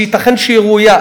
שייתכן שהיא ראויה,